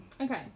Okay